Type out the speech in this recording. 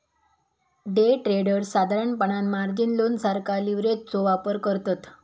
day traders साधारणपणान margin loan सारखा लीव्हरेजचो वापर करतत